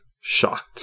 shocked